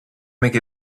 make